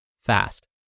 fast